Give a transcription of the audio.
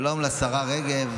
שלום לשרה רגב.